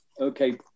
Okay